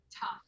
tough